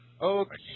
Okay